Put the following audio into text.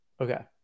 okay